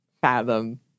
fathom